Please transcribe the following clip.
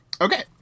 Okay